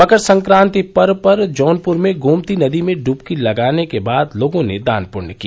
मकर संक्रांति पर्व पर जौनपुर में गोमती नदी में डुबकी लगाने के बाद लोगों ने दान पुण्य किया